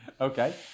Okay